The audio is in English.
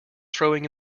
throwing